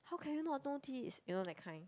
how can you not know this you know that kind